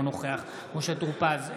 אינו נוכח משה טור פז,